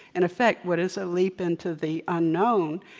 in effect, what is a leap into the unknown.